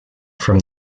from